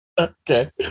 okay